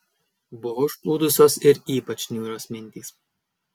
buvo užplūdusios ir ypač niūrios mintys